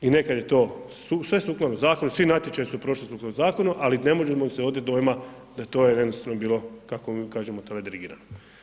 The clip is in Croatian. I nekad je to sve sukladno zakonu, svi natječaji su prošli sukladno zakonu, ali ne možemo se otet dojma da to je jednostavno bilo kako mi kažemo teledirigirano.